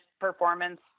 performance